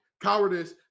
Cowardice